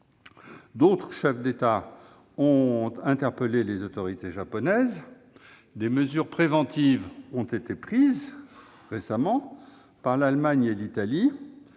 D'autres chefs d'État ont interpellé les autorités japonaises. Des mesures préventives ont été prises récemment par l'Allemagne et l'Italie.